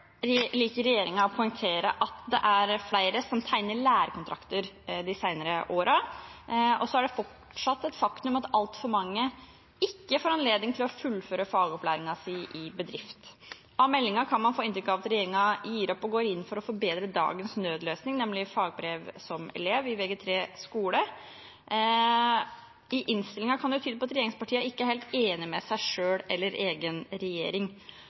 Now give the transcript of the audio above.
flere som har tegnet lærekontrakter de senere årene. Så er det fortsatt et faktum at altfor mange ikke får anledning til å fullføre fagopplæringen sin i bedrift. Av meldingen kan man få inntrykk av at regjeringen gir opp og går inn for å forbedre dagens nødløsning, nemlig fagbrev som elev i Vg3 i skole. I innstillingen kan det tyde på at regjeringspartiene ikke er helt enig med seg selv eller egen regjering.